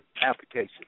application